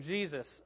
Jesus